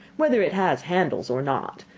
whether it had handles or not,